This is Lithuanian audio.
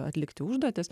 atlikti užduotis